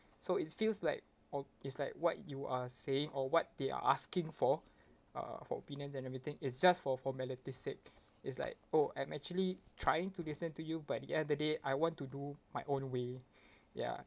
so it feels like op~ it's like what you are saying or what they are asking for uh for opinions and everything is just for formality sake it's like oh I'm actually trying to listen to you but the end of the day I want to do my own way ya